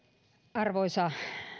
arvoisa